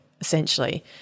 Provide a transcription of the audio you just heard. essentially